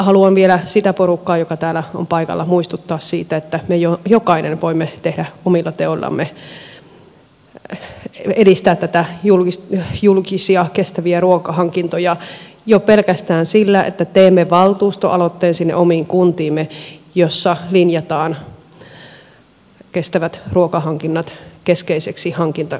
haluan vielä sitä porukkaa joka täällä on paikalla muistuttaa siitä että me jokainen voimme omilla teoillamme edistää näitä julkisia kestäviä ruokahankintoja jo pelkästään sillä että teemme valtuustoaloitteen sinne omiin kuntiimme missä linjataan kestävät ruokahankinnat keskeiseksi hankintakriteeriksi